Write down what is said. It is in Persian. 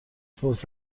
فرصت